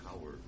power